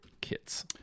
Kits